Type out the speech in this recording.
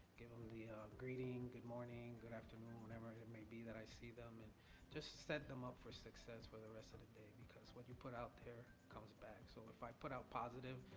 give em the greeting, good morning, good afternoon, whenever it may be that i see them, and just set them up success for the rest of the day because what you put out there comes back, so if i put out positive,